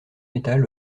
metal